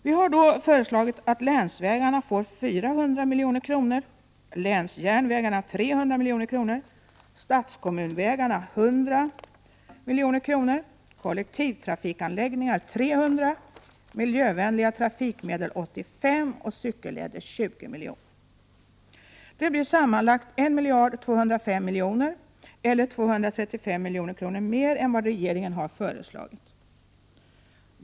Vi har då föreslagit att länsvägarna får 400 milj.kr., länsjärnvägarna 300 milj.kr., statskommunvägarna 100 milj.kr., kollektivtrafikanläggningar 300 milj.kr., miljövänliga trafikmedel 85 milj.kr. och cykelleder 20 milj.kr. Det blir sammanlagt 1 205 milj.kr., eller 235 milj.kr. mer än vad regeringen har föreslagit.